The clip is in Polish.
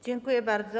Dziękuję bardzo.